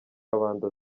kabanda